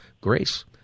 grace